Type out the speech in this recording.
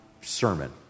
sermon